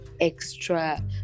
extra